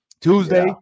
Tuesday